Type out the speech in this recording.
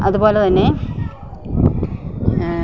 അതുപോലെത്തന്നെ